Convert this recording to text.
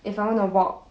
if I want to walk